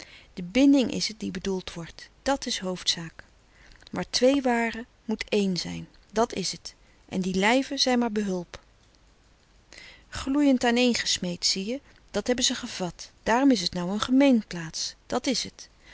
de binding is t die bedoeld wordt dat is hoofdzaak waar twee waren moet één zijn dat is t en die lijven zijn maar behulp gloênd aaneen gesmeed zie je dat hebben ze gevat daarom is t nou een gemeenplaats dat is t